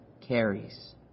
carries